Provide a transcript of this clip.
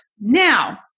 Now